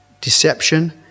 Deception